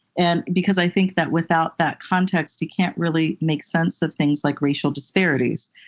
and because i think that without that context we can't really make sense of things like racial disparities.